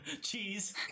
Cheese